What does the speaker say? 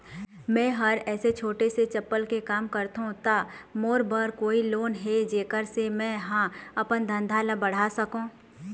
मैं हर ऐसे छोटे से चप्पल के काम करथों ता मोर बर कोई लोन हे जेकर से मैं हा अपन धंधा ला बढ़ा सकाओ?